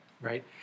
Right